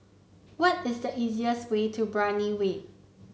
why is the easiest way to Brani Way